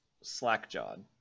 slack-jawed